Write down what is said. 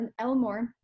Elmore